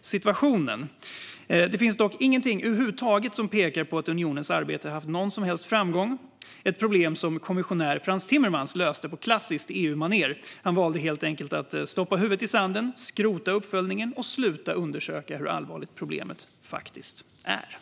situationen. Det finns dock ingenting över huvud taget som pekar på att unionens arbete har haft någon som helst framgång, ett problem som kommissionären Frans Timmermans löste på klassiskt EU-manér. Han valde helt enkelt att stoppa huvudet i sanden, skrota uppföljningen och sluta undersöka hur allvarligt problemet faktiskt är.